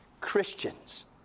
Christians